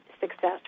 success